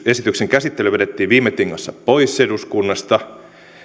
esityksen käsittely vedettiin viime tingassa pois eduskunnasta